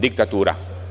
Diktatura.